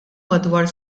madwar